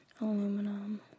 aluminum